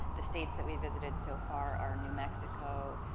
the states that we've visited so far are new mexico,